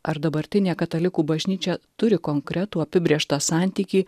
ar dabartinė katalikų bažnyčia turi konkretų apibrėžtą santykį